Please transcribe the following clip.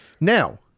Now